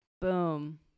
Boom